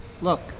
Look